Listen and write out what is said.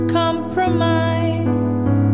compromise